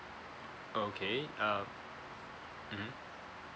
okay uh mmhmm